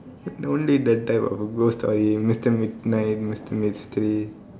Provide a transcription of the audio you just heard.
read the type of ghost story mister midnight mister mystery